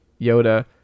Yoda